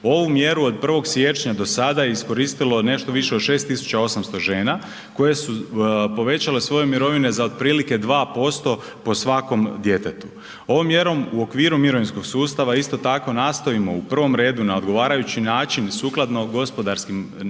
Ovu mjeru od 1. siječnja do sada iskoristilo je nešto više od 6800 žena koje su povećale svoje mirovine za otprilike 2% po svakom djetetu. Ovom mjerom u okviru mirovinskog sustava isto tako nastojimo u prvom redu na odgovarajući način i sukladno gospodarskim prilikama